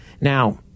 Now